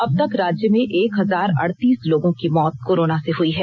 अब तक राज्य में एक हजार अड़तीस लोगों की मौत कोरोना से हई है